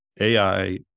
AI